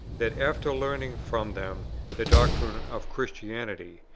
that, after learning from them the doctrines of christianity,